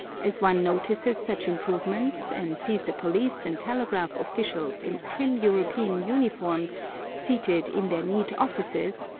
as one notices such improvements, and sees the police and telegraph officials in trim european uniforms seated in their neat offices,